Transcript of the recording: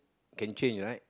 can change right